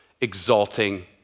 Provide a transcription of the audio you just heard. exalting